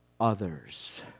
others